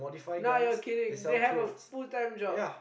nah you're kidding they have a full time job